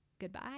Goodbye